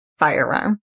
firearm